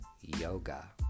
yoga